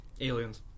Aliens